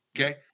Okay